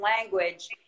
language